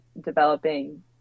developing